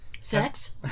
Sex